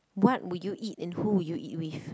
what would you eat and who will you eat with